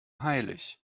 heilig